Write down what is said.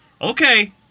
Okay